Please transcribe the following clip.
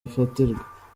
ifatirwa